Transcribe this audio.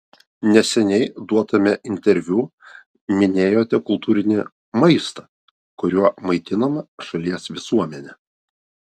neseniai duotame interviu minėjote kultūrinį maistą kuriuo maitinama šalies visuomenė